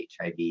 HIV